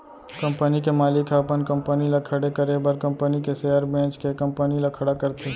company के मालिक ह अपन कंपनी ल खड़े करे बर कंपनी के सेयर बेंच के कंपनी ल खड़ा करथे